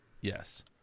Yes